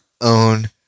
own